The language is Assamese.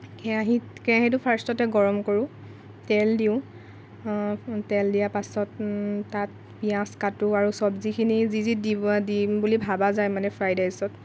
কেৰাহীত কেৰাহীটো ফাৰ্ষ্টতে গৰম কৰোঁ তেল দিওঁ তেল দিয়াৰ পাছত তাত পিয়াঁজ কাটোঁ আৰু চব্জিখিনি যি যি দিব দিম বুলি ভবা যায় মানে ফ্ৰাইড ৰাইচত